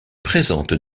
présente